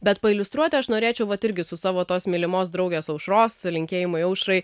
bet pailiustruoti aš norėčiau vat irgi su savo tos mylimos draugės aušros linkėjimai aušrai